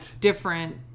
different